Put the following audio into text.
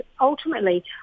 ultimately